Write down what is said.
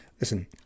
Listen